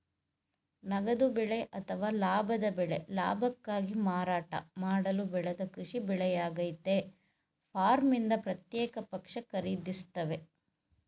ನಗದು ಬೆಳೆ ಅಥವಾ ಲಾಭದ ಬೆಳೆ ಲಾಭಕ್ಕಾಗಿ ಮಾರಾಟ ಮಾಡಲು ಬೆಳೆದ ಕೃಷಿ ಬೆಳೆಯಾಗಯ್ತೆ ಫಾರ್ಮ್ನಿಂದ ಪ್ರತ್ಯೇಕ ಪಕ್ಷ ಖರೀದಿಸ್ತವೆ